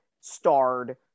starred